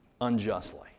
unjustly